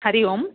हरिः ओम्